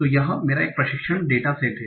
तो यह मेरा प्रशिक्षण डेटा सेट है